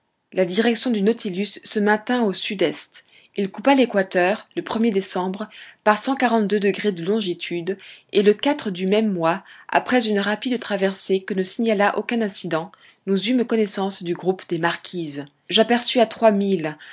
la direction du nautilus se maintint au sud-est il coupa l'équateur le er décembre par de longitude et le du même mois après une rapide traversée que ne signala aucun incident nous eûmes connaissance du groupe des marquises j'aperçus à